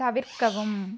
தவிர்க்கவும்